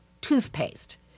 toothpaste